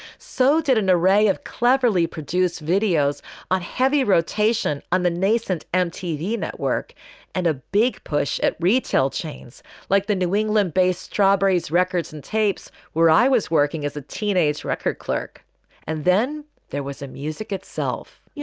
so did an array of cleverly produced videos on heavy rotation on the nascent mtv network and a big push at retail chains like the new england based strawberry's records and tapes where i was working as a teenage record clerk and then there was a music itself. yeah